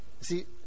See